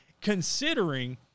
considering